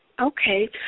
Okay